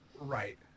Right